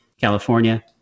California